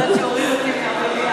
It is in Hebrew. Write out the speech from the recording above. יכול להיות שהוא יוריד אותי מהמליאה.